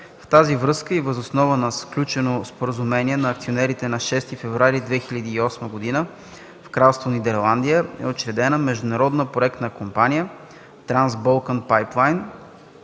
В тази връзка и въз основа на сключено Споразумение на акционерите на 6 февруари 2008 г. в Кралство Нидерландия е учредена Международна проектна компания (МПК)